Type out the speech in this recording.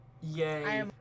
Yay